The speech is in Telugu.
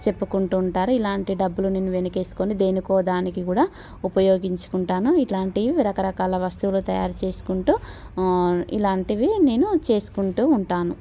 చెప్పుకుంటూ ఉంటారు ఇలాంటి డబ్బులు నేను వెనక వేసుకొని దేనికోదానికి కూడా ఉపయోగించుకుంటాను ఇలాంటివి రకరకాల వస్తువులు తయారు చేసుకుంటూ ఇలాంటివి నేను చేసుకుంటూ ఉంటాను